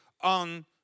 on